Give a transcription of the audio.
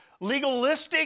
legalistic